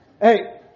Hey